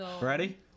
Ready